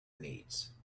needs